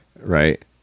right